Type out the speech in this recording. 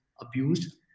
abused